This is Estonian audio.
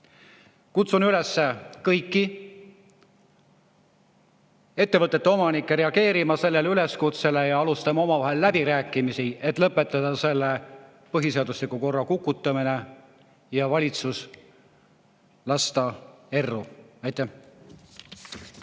Kutsun kõiki ettevõtete omanikke üles reageerima sellele üleskutsele ja alustama omavahel läbirääkimisi, et lõpetada põhiseadusliku korra kukutamine ja lasta valitsus erru. Aitäh!